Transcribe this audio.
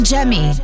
Jemmy